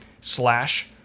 slash